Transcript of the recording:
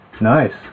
Nice